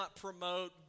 promote